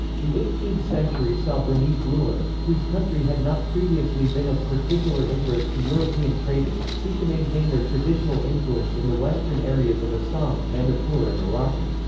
the eighteenth century saw burmese rulers, whose country had not previously been of particular interest to european traders, seek to maintain their traditional influence in the western areas of assam, um manipur and arakan.